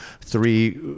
three